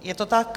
Je to tak?